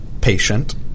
patient